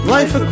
Life